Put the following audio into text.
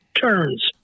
turns